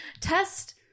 test